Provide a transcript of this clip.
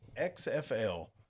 XFL